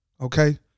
okay